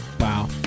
Wow